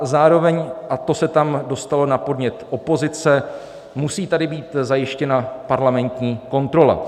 Zároveň, a to se tam dostalo na podnět opozice, musí tady být zajištěna parlamentní kontrola.